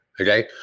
okay